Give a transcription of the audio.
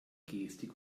gestik